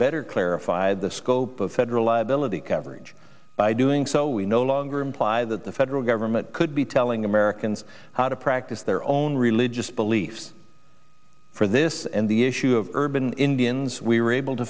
better clarify the scope of federal liability coverage by doing so we no longer imply that the federal government could be telling americans how to practice their own religious beliefs for this and the issue of urban indians we were able to